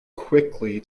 quickly